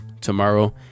tomorrow